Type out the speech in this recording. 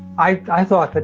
i i thought that,